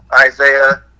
Isaiah